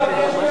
למה?